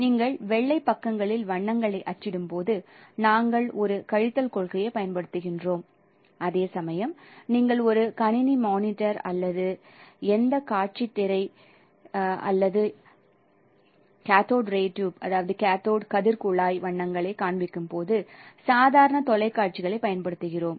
நீங்கள் வெள்ளை பக்கங்களில் வண்ணங்களை அச்சிடும்போது நாங்கள் ஒரு கழித்தல் கொள்கையைப் பயன்படுத்துகிறோம் அதேசமயம் நீங்கள் ஒரு கணினி மானிட்டர் அல்லது எந்த காட்சித் திரை அல்லது எந்த கேத்தோடு கதிர் குழாயிலும் வண்ணங்களைக் காண்பிக்கும் போது சாதாரண தொலைக்காட்சிகளைப் பயன்படுத்துகிறோம்